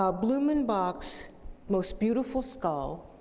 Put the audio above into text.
um blumenbach's most beautiful skull,